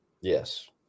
Yes